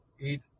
Eat